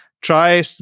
try